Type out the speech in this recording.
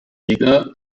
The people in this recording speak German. liga